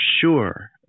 sure